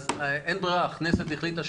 אז עוד יותר אתה מחזק אותי.